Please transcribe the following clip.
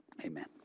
Amen